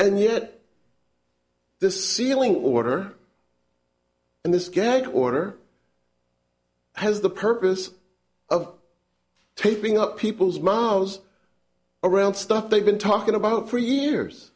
and yet this sealing order and this gag order has the purpose of taping up people's mouths around stuff they've been talking about for years